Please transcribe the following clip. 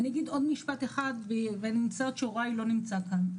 אני אגיד עוד משפט אחד ואני מצטערת שיוראי לא נמצא כאן.